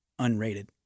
unrated